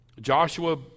Joshua